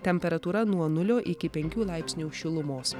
temperatūra nuo nulio iki penkių laipsnių šilumos